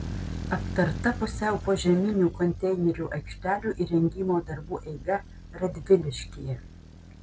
aptarta pusiau požeminių konteinerių aikštelių įrengimo darbų eiga radviliškyje